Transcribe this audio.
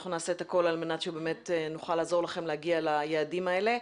אנחנו נעשה את הכול על מנת שבאמת נוכל לעזור לכם להגיע ליעדים האלה.